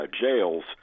jails